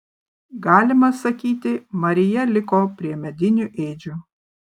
galima sakyti marija liko prie medinių ėdžių